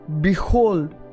behold